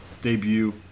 debut